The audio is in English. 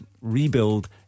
rebuild